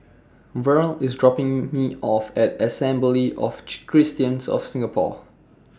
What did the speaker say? Verl IS dropping Me off At Assembly of Christians of Singapore